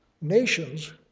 nations